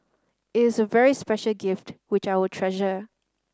it is a very special gift which I will treasure